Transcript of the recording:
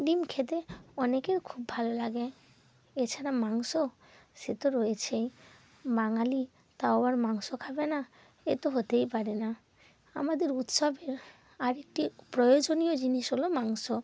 ডিম খেতে অনেকের খুব ভালো লাগে এছাড়া মাংস সে তো রয়েছেই বাঙালি তাও আবার মাংস খাবে না এ তো হতেই পারে না আমাদের উৎসবের আরেকটি প্রয়োজনীয় জিনিস হলো মাংস